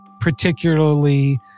particularly